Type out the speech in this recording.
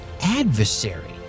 adversary